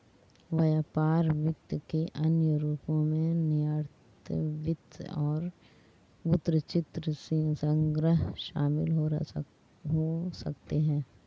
व्यापार वित्त के अन्य रूपों में निर्यात वित्त और वृत्तचित्र संग्रह शामिल हो सकते हैं